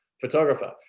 photographer